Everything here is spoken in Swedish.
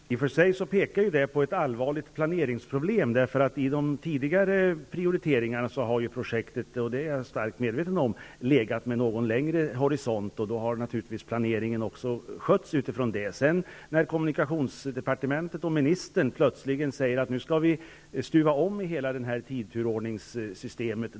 Herr talman! I och för sig pekar det som här sägs på ett allvarligt planeringsproblem. I fråga om tidigare prioriteringar har ju projektet -- det är jag starkt medveten om -- så att säga haft en något längre horisont. Naturligtvis har planeringen skötts utifrån detta faktum. Men plötsligt säger kommunikationsdepartementet och ministern att vi skall stuva om hela tidturordningssystemet.